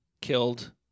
killed